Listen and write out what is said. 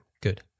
good